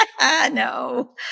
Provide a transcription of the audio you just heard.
No